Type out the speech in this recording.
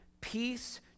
Peace